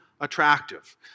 attractive